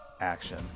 action